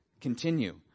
Continue